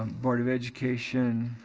board of education